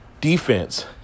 defense